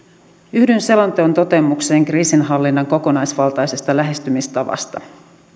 yhdyn selonteon toteamukseen kriisinhallinnan kokonaisvaltaisesta lähestymistavasta